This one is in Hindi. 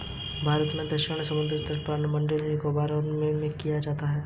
अंतरपणन या आर्बिट्राज का सर्वप्रथम प्रयोग इस रूप में सत्रह सौ चार में किया गया था